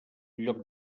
lloc